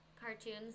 cartoons